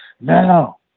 Now